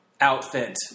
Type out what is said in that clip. outfit